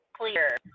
clear